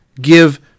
give